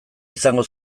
izango